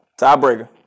Tiebreaker